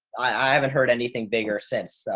i haven't heard anything bigger since.